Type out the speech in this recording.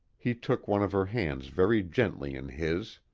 he took one of her hands very gently in his.